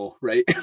right